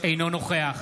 אינו נוכח